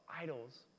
idols